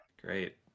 Great